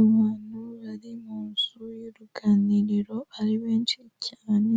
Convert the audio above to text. Abantu bari mu nzu y'uruganiriro ari benshi cyane,